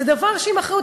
זה דבר עם אחריות.